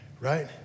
right